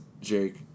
Jake